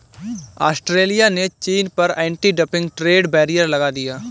Australia ने चीन पर एंटी डंपिंग ट्रेड बैरियर लगा दिया